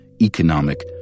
economic